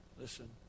listen